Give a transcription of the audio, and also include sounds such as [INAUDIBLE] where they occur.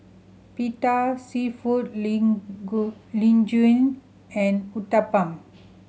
Pita Seafood [UNINTELLIGIBLE] Linguine and Uthapam